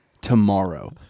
tomorrow